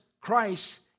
Christ